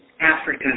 Africa